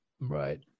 Right